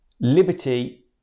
Liberty